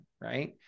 right